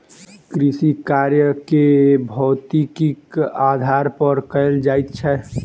कृषिकार्य के भौतिकीक आधार पर कयल जाइत छै